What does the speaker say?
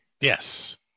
Yes